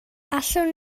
allwn